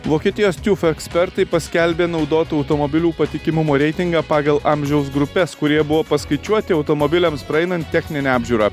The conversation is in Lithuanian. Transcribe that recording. vokietijos tiufa ekspertai paskelbė naudotų automobilių patikimumo reitingą pagal amžiaus grupes kurie buvo paskaičiuoti automobiliams praeinant techninę apžiūrą